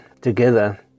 together